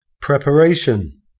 Preparation